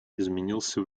изменился